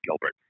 Gilbert